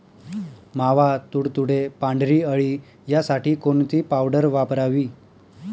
मावा, तुडतुडे, पांढरी अळी यासाठी कोणती पावडर वापरावी?